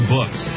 Books